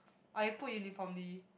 or you put uniformly